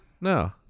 No